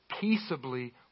peaceably